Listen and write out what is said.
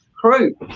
crew